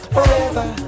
Forever